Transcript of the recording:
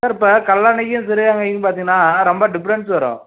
sir இப்போ கல்லணைக்கும் ஸ்ரீரங்கைக்கும் பார்த்திங்கனா ரொம்ப டிஃப்ரென்ஸ் வரும்